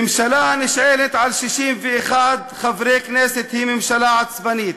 ממשלה הנשענת על 61 חברי כנסת היא ממשלה עצבנית,